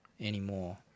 anymore